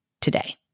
today